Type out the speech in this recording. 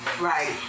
Right